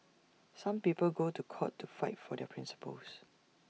some people go to court to fight for their principles